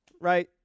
right